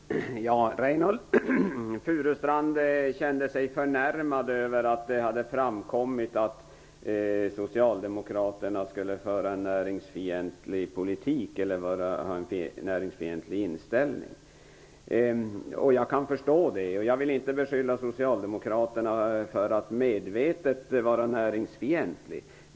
Herr talman! Reynoldh Furustrand känner sig förnärmad över att det framkommit att Socialdemokraterna skulle föra en näringsfientlig politik eller ha en näringsfientlig inställning. Jag kan förstå det. Jag vill inte beskylla Socialdemokraterna för att medvetet vara näringsfientliga.